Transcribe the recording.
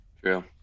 True